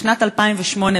בשנת 2008,